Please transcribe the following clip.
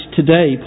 today